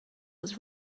was